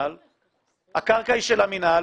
הקרקע היא של המנהל,